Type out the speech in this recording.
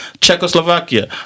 Czechoslovakia